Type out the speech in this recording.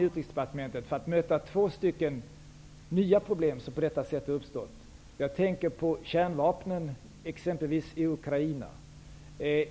Utrikesdepartementet möta de två nya problem som på detta sätt uppstått? Jag tänker på kärnvapnen, exempelvis i Ukraina.